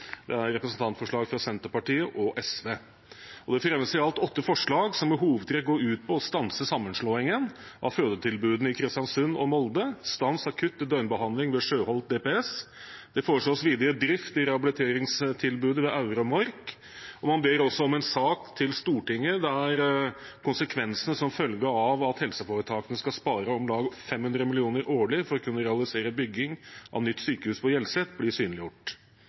Det er representantforslag fra Senterpartiet og SV. Det fremmes i alt åtte forslag som i hovedtrekk går ut på å stanse sammenslåingen av fødetilbudene i Kristiansund og Molde, og stans av kutt i døgnbehandling ved Sjøholt DPS. Det foreslås videre drift av rehabiliteringstilbudet ved Aure og Mork. Man ber også om en sak til Stortinget der konsekvensene som følge av at helseforetakene skal spare om lag 500 mill. kr årlig for å kunne realisere bygging av nytt sykehus på Hjelset, blir synliggjort.